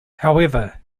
however